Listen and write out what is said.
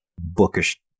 bookish